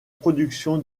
production